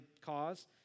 cause